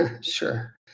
Sure